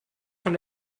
von